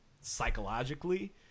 psychologically